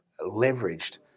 leveraged